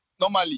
Normally